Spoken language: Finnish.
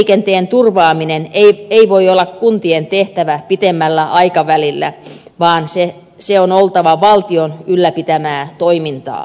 lentoliikenteen turvaaminen ei voi olla kuntien tehtävä pitemmällä aikavälillä vaan sen on oltava valtion ylläpitämää toimintaa